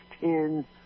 ten